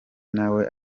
nawe